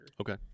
Okay